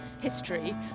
history